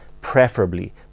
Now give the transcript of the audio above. preferably